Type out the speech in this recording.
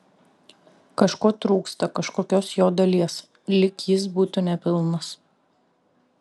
kažko trūksta kažkokios jo dalies lyg jis būtų nepilnas